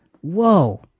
whoa